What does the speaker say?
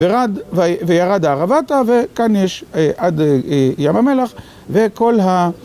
וירד הערבתה וכאן יש עד ים המלח וכל ה...